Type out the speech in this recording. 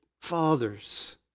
fathers